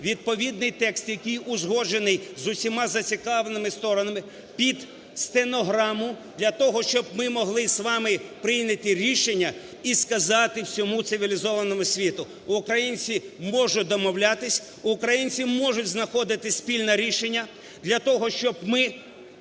відповідний текст, який узгоджений з усіма зацікавленими сторонами під стенограму для того, щоб ми могли з вами прийняти рішення і сказати всьому цивілізованому світу: українці можуть домовлятися, українці можуть знаходити спільне рішення для того, щоб ми